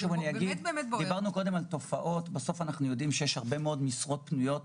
אנחנו יודעים שיש הרבה מאוד משרות פנויות